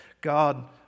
God